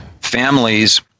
families